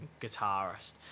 guitarist